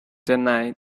deny